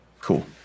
Cool